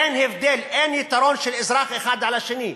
אין הבדל, אין יתרון של אזרח אחד על השני.